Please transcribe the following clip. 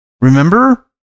remember